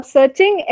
Searching